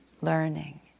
learning